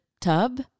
tub